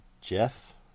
Jeff